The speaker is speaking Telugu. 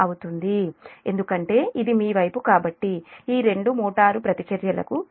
921 ఎందుకంటే ఇది మీ వైపు కాబట్టి ఈ రెండు మోటారు ప్రతిచర్య లకు సమానమైన 0